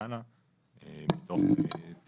יש לי פה את